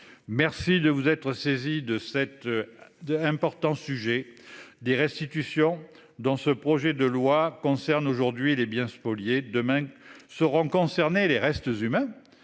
merci de vous être saisi de cet. Important sujet des restitutions dans ce projet de loi concerne aujourd'hui les biens spoliés demain seront concernés les restes humains.